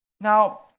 Now